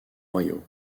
royaux